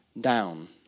down